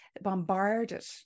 bombarded